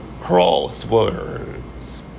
crosswords